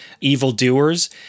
evildoers